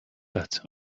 but